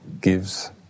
gives